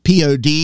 POD